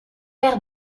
pair